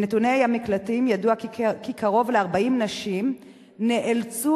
מנתוני המקלטים ידוע כי קרוב ל-40 נשים נאלצו